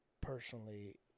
personally